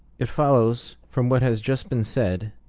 it follows from what has just been said,